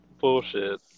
Bullshit